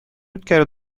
үткәрү